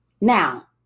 Now